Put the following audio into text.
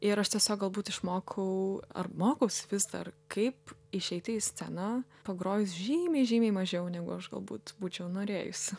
ir aš tiesiog galbūt išmokau ar mokausi vis dar kaip išeiti į sceną pagrojus žymiai žymiai mažiau negu aš galbūt būčiau norėjusi